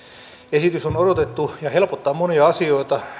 esitys on odotettu ja helpottaa monia asioita